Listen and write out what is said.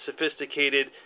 sophisticated